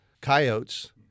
coyotes